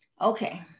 okay